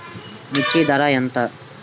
మిర్చి ధర ఎంత?